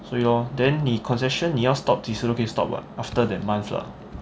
所以 lor then 你 concession 你要 stop 几时都可以 stop [what] after that month lah